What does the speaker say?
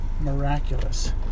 miraculous